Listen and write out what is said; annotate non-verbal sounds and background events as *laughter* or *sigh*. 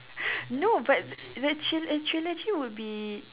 *breath* no but the tril~ the trilogy would be